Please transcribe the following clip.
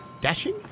Dashing